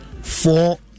four